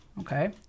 Okay